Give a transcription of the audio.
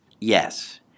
Yes